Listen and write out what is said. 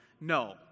no